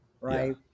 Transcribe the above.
right